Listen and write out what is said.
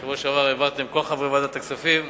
בשבוע שעבר העברתם, כל חברי ועדת הכספים,